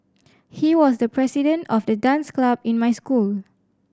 he was the president of the dance club in my school